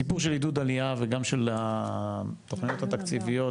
עידוד עלייה וגם של התוכניות התקציביות,